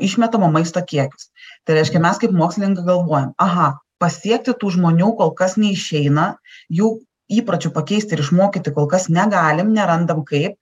išmetamo maisto kiekius tai reiškia mes kaip mokslininkai galvojam aha pasiekti tų žmonių kol kas neišeina jų įpročių pakeisti ir išmokyti kol kas negalim nerandam kaip